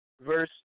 verse